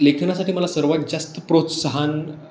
लेखनासाठी मला सर्वात जास्त प्रोत्साहन